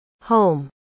home